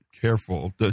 careful